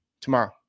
Tomorrow